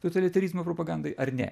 totalitarizmo propagandai ar ne